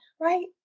right